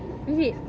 okay